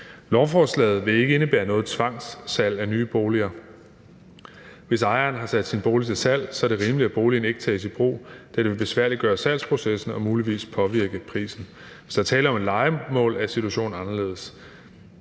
Lovforslaget vil ikke indebære noget tvangssalg af nye boliger. Hvis ejeren har sat sin bolig til salg, er det rimeligt, at boligen ikke tages i brug, da det vil besværliggøre salgsprocessen og muligvis påvirke prisen. Hvis der er tale om et lejemål, er situationen anderledes.